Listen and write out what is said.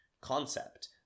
concept